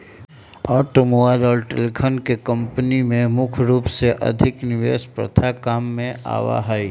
automobile और ट्रेलरवन के कम्पनी में मुख्य रूप से अधिक निवेश प्रथा काम में आवा हई